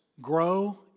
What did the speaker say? Grow